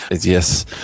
Yes